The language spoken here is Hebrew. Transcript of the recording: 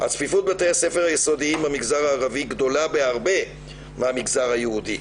"הצפיפות בבתי הספר היסודיים במגזר הערבי גדולה בהרבה מהמגזר היהודי.